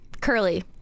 Curly